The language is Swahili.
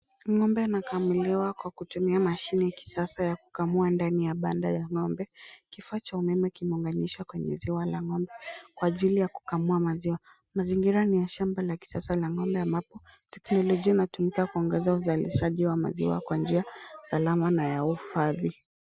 Ng'ombe anakamuliwa kwa kutumia mashine ya kisasa ya kukamua ndani ya banda ya ng'ombe. Kifaa cha umeme kimeunganishwa kwenye ziwa la ng'ombe kwa ajili ya kukamua maziwa. Mazingira ni ya shamba la kisasa la ng'ombe ambapo teknolojia inatumika kuongeza uzalishaji wa maziwa kwa njia salama na ya uhifadhi.